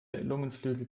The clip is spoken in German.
lungenflügel